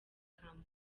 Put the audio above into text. kampala